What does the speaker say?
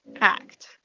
act